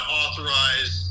authorize